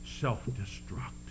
self-destruct